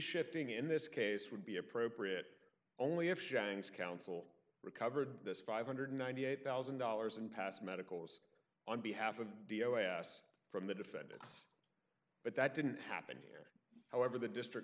shifting in this case would be appropriate only if shanks counsel recovered this five hundred and ninety eight thousand dollars in past medicals on behalf of d o s from the defendant s but that didn't happen here however the district